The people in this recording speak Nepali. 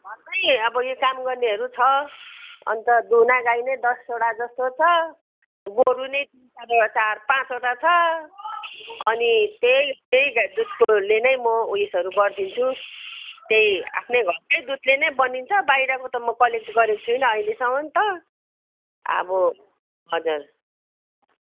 घरमै अब यो काम गर्नेहरू छ अन्त दुना गाई नै दसवटा जस्तो छ गोरु नै चार पाँचवटा छ अनि त्यही त्यही दुधकोले नै म उयोसहरू गरिदिन्छु त्यही आफ्नै घरकै दुधले नै बनिन्छ बाहिरको त म कलेक्ट गरेको छुइनँ अहिलेसम्म त अब हजुर